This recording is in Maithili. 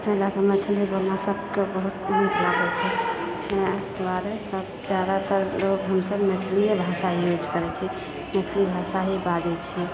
ताहि ले कऽ मैथिली हमरा सभकेँ बहुत निक लागैत छै ताहि दुआरे जादातर लोग हमसभ मैथलिए भाषा यूज करैत छिऐ मैथली भाषा ही बाजै छिऐ